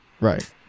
right